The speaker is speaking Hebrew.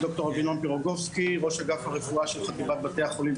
אנחנו רעבים לרופאים בקהילה.